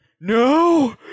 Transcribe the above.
No